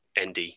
ND